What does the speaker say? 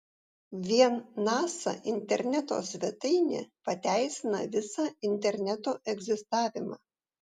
vien nasa interneto svetainė pateisina visą interneto egzistavimą